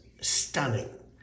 stunning